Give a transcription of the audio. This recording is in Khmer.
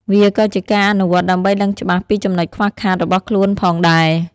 វាក៏ជាការអនុវត្តន៍ដើម្បីដឹងច្បាស់ពីចំណុចខ្វះខាតរបស់ខ្លួនផងដែរ។